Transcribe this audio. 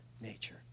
nature